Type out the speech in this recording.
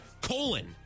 colon